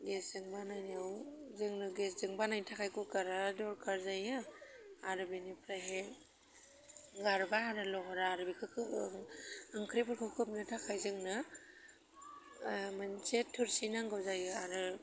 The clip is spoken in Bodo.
गेसजों बानायनायाव जोंनो गेसजों बानायनो थाखाय कुकारा एगदम दरखार जायो आरो बेनिफ्रायहाय गारबा आरो लहरा आरो बेफोरखौ ओंख्रिफोरखौ खोबनो थाखाय जोंनो मोनसे थोरसि नांगौ जायो आरो